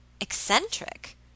Eccentric